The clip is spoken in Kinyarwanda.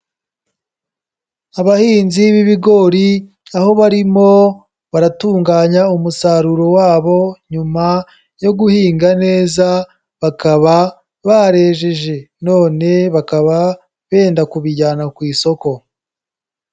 Abahinzi b'ibigori, aho barimo baratunganya umusaruro wabo nyuma yo guhinga neza bakaba barejeje, none bakaba benda kubijyana ku isoko.